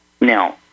Now